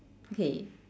okay